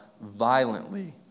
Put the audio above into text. violently